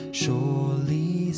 surely